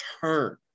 turn